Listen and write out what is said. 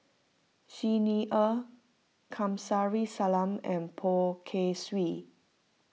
Xi Ni Er Kamsari Salam and Poh Kay Swee